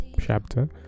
chapter